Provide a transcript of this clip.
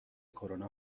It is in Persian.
کرونا